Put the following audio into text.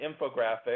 infographic